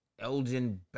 Elgin